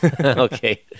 Okay